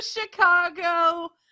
Chicago